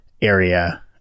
area